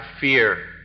fear